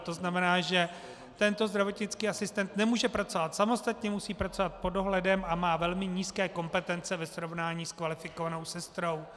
To znamená, že tento zdravotnický asistent nemůže pracovat samostatně, musí pracovat pod dohledem a má velmi nízké kompetence ve srovnání s kvalifikovanou sestrou.